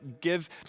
give